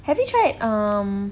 have you tried um